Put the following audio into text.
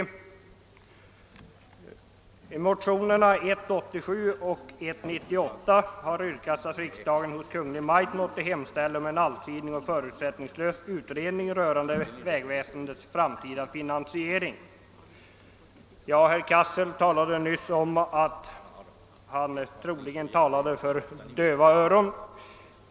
I motionerna I:87 och II:98 yrkas att riksdagen i skrivelse till Kungl. Maj:t måtte hemställa om en allsidig och förutsättningslös utredning rörande vägväsendets framtida finansiering. Herr Cassel sade nyss att han troligen talade för döva öron.